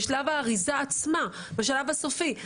בשלב האריזה עצמה, בשלב הסופי.